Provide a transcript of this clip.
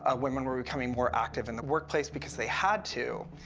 ah women were becoming more active in the workplace because they had to.